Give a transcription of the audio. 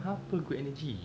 apa good energy